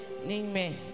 Amen